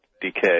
decay